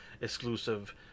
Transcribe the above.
exclusive